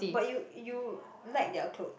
but you you like their clothes